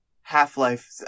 Half-Life